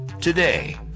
today